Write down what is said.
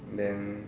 then